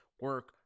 Work